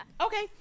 Okay